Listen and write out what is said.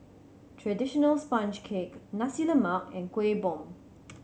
traditional sponge cake Nasi Lemak and Kuih Bom